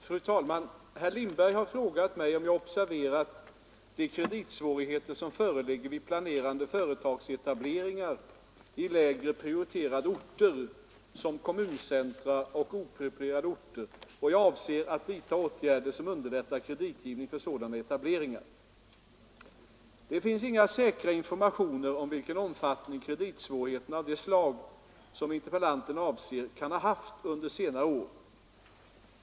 Fru talman! Herr Lindberg har frågat mig om jag observerat de kreditsvårigheter som föreligger vid planerade företagsetableringar i lägre prioriterade orter som kommuncentra och oprioriterade orter och om jag avser att vidta åtgärder som underlättar kreditgivning för sådana etableringar. Det finns inga säkra informationer om vilken omfattning kreditsvårigheter av det slag som interpellanten avser kan ha haft under senare år.